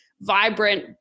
vibrant